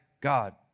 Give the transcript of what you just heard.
God